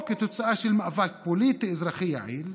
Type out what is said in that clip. או כתוצאה של מאבק פוליטי-אזרחי יעיל,